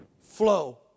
flow